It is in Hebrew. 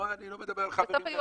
אני מדבר על מתנגדים.